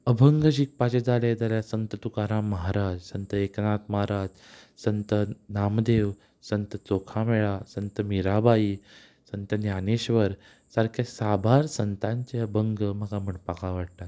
अभंग शिकपाचें जालें जाल्यार संत तुकाराम महाराज संत एकनाथ महाराज संत नामदेव संत चोखामेळा संत मिराबाई संत ज्ञानेश्वर सारके साबार संतांचे अभंग म्हाका म्हणपाक आवडटात